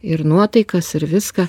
ir nuotaikas ir viską